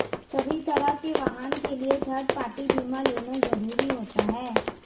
सभी तरह के वाहन के लिए थर्ड पार्टी बीमा लेना जरुरी होता है